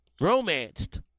romanced